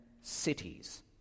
cities